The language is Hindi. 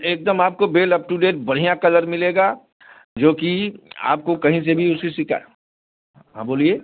एकदम आपको बेल अप टू डेट बढ़िया कलर मिलेगा जोकि आपको कहीं से भी उसकी हाँ बोलिए